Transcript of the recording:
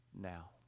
now